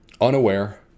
Unaware